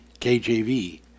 KJV